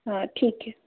हाँ ठीक है